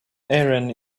aaron